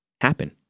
happen